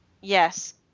yes